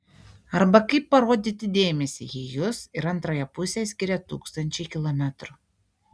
arba kaip parodyti dėmesį jei jus ir antrąją pusę skiria tūkstančiai kilometrų